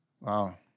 Wow